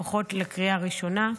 לפחות לקריאה ראשונה,